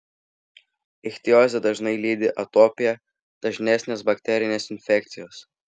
ichtiozę dažnai lydi atopija dažnesnės bakterinės infekcijos